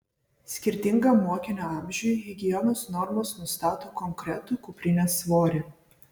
skirtingam mokinio amžiui higienos normos nustato konkretų kuprinės svorį